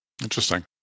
Interesting